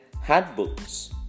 handbooks